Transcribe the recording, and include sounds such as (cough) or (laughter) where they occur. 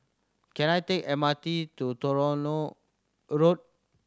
can I take M R T to (unintelligible) Road